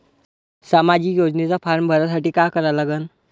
सामाजिक योजनेचा फारम भरासाठी का करा लागन?